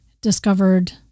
discovered